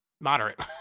moderate